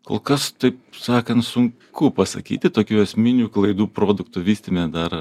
kol kas taip sakant sunku pasakyti tokių esminių klaidų produktų vystyme dar